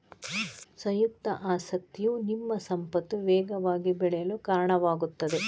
ಸಂಯುಕ್ತ ಆಸಕ್ತಿಯು ನಿಮ್ಮ ಸಂಪತ್ತು ವೇಗವಾಗಿ ಬೆಳೆಯಲು ಕಾರಣವಾಗುತ್ತದೆ